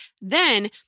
then-